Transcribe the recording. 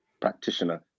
practitioner